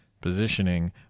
positioning